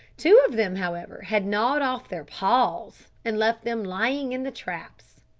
two of them, however, had gnawed off their paws and left them lying in the traps.